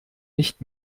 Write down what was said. nicht